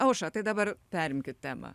aušra tai dabar perimkit temą